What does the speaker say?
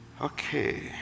Okay